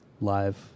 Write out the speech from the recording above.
live